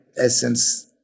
essence